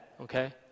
okay